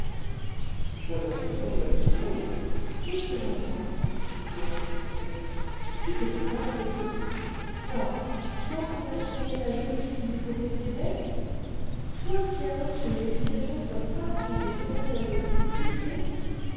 joies de ce monde qu'est-ce que j'entends dit pierre stupéfait tu déraisonnes petite quoi toi qu'on a surnommée la jolie fille du faubourg québec toi qui as reçu une éducation comme pas une des demoiselles les plus huppées